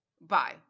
Bye